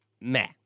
meh